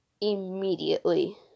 immediately